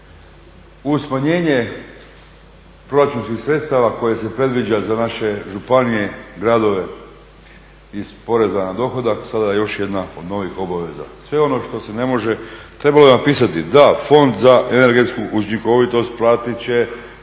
Uz smanjenje proračunskih sredstava koje se predviđa za naše županije, gradove iz poreza na dohodak, sada još jedna od novih obaveza. Sve ono što se ne može, trebalo je napisati, da, fond za energetsku učinkovitost platit će